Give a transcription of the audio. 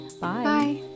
Bye